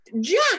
Jack